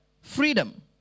freedom